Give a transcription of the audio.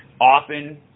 Often